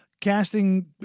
casting